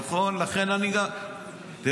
לכן אני גם ------ נכון.